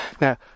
now